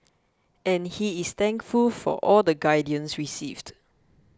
and he is thankful for all the guidance received